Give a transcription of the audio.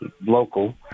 local